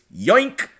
yoink